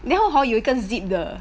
then hor 有一个 zip 的